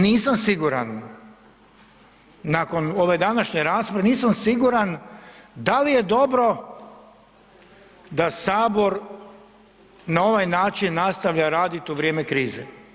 Nisam siguran nakon ove današnje rasprave, nisam siguran da li je dobro da Sabor na ovaj način nastavlja raditi u vrijeme krize.